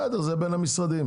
בסדר זה בין המשרדים,